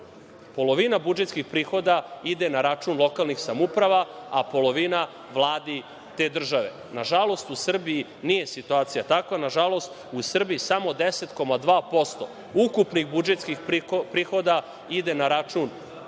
polovina budžetskih prihoda ide na račun lokalnih samouprava, a polovina vladi te države. Nažalost, u Srbiji nije situacija takva, nažalost, u Srbiji samo 10,2% ukupnih budžetskih prihoda ide na račun lokalnih samouprava,